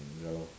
ya lor